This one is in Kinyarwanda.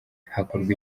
hakorwa